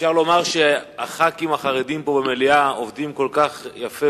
אפשר לומר שחברי הכנסת החרדים פה במליאה עובדים כל כך יפה,